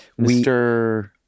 Mr